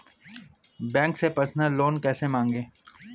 Bank से personal loan कैसे मांगें?